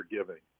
forgiving